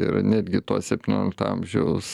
ir netgi tuos septyniolikto amžiaus